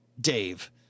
Dave